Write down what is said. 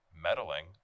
meddling